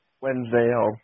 Wednesday